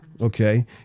Okay